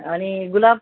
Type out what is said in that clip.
आणि गुलाब